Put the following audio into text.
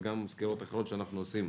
וגם סקירות אחרות שאנחנו עושים,